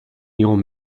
n’irons